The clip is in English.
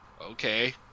okay